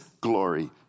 glory